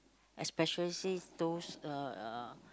especially those uh